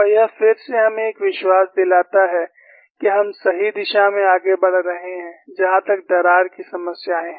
और यह फिर से हमें एक विश्वास दिलाता है कि हम सही दिशा में आगे बढ़ रहे हैं जहां तक दरार की समस्याएं हैं